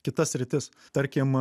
kitas sritis tarkim